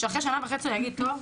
שאחרי שנה וחצי 'טוב,